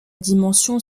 dimension